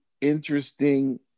interesting